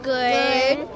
Good